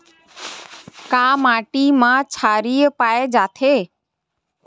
का माटी मा क्षारीय पाए जाथे?